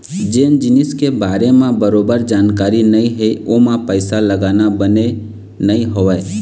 जेन जिनिस के बारे म बरोबर जानकारी नइ हे ओमा पइसा लगाना बने नइ होवय